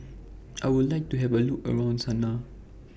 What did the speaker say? I Would like to Have A Look around Sanaa